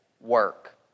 work